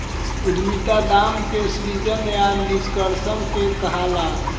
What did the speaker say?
उद्यमिता दाम के सृजन या निष्कर्सन के कहाला